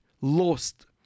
lost